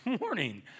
morning